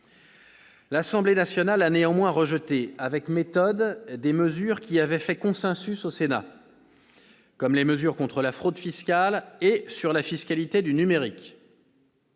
L'Assemblée nationale a néanmoins rejeté avec méthode des mesures qui avaient fait consensus au Sénat, comme les mesures contre la fraude fiscale ou celles sur la fiscalité du numérique.